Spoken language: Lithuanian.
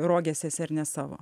rogėse esi ar ne savo